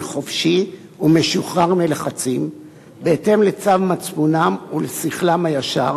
חופשי ומשוחרר מלחצים בהתאם לצו מצפונם ולשכלם הישר